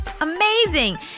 Amazing